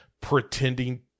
pretending